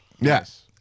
Yes